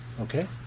Okay